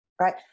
right